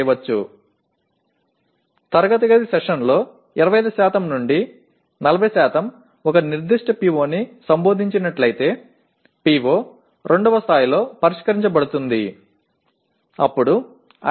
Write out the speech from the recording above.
வகுப்பறை அமர்வுகளில் 25 முதல் 40 ஒரு குறிப்பிட்ட PO ஐ விரிவுபடுத்தினால் அது PO 2 மட்டத்தில் விரிவுபடுத்தப்படுகிறது என்று கருதப்படுகிறது